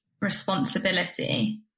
responsibility